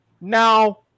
Now